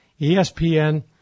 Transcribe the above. ESPN